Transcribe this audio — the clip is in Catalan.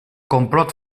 complot